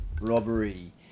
Robbery